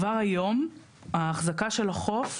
כבר היום האחזקה של החוף,